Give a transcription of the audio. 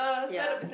ya